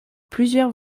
plusieurs